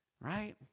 right